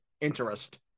interest